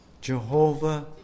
Jehovah